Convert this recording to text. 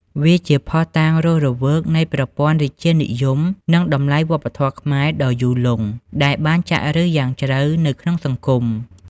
វាជាភស្តុតាងរស់រវើកនៃប្រព័ន្ធរាជានិយម និងតម្លៃវប្បធម៌ខ្មែរដ៏យូរលង់ ដែលបានចាក់ឫសយ៉ាងជ្រៅនៅក្នុងសង្គម។